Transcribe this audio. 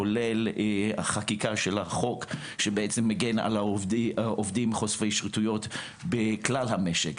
כולל החקיקה של החוק שמגן על עובדים חושפי שחיתויות בכלל המשק,